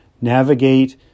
navigate